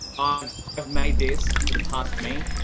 ah i've made this for the past me.